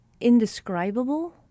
indescribable